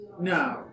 No